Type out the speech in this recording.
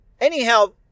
Anyhow